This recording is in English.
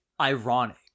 ironic